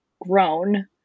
grown